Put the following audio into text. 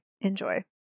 Enjoy